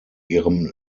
ihrem